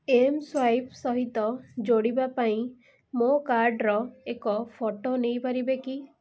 mSwipe ସହିତ ଯୋଡ଼ିବା ପାଇଁ ମୋ କାର୍ଡ଼ର ଏକ ଫଟୋ ନେଇପାରେ କି